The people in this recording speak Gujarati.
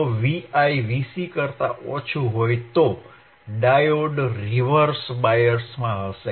જો Vi Vc કરતા ઓછું હોય તો ડાયોડ રીવર્સ બાયસમાં હશે